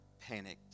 panicked